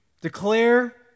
Declare